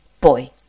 boy